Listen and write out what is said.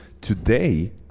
Today